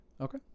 Okay